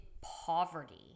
poverty